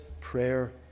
prayer